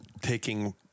taking